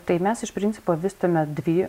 tai mes iš principo vystome dvi